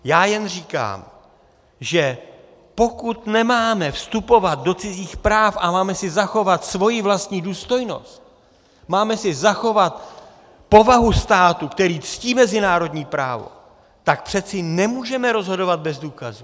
Já jen říkám, že pokud nemáme vstupovat do cizích práv a máme si zachovat svoji vlastní důstojnost, máme si zachovat povahu státu, který ctí mezinárodní právo, tak přeci nemůžeme rozhodovat bez důkazů.